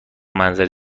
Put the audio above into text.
منظره